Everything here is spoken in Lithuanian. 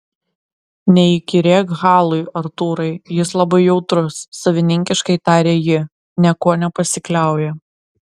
neįkyrėk halui artūrai jis labai jautrus savininkiškai tarė ji niekuo nepasikliauja